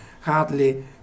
hardly